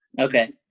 Okay